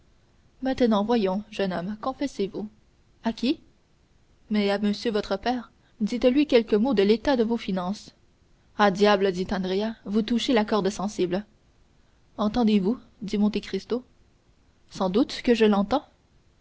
voyons jeune homme confessez-vous à qui mais à monsieur votre père dites-lui quelques mots de l'état de vos finances ah diable fit andrea vous touchez la corde sensible entendez-vous major dit monte cristo sans doute que je l'entends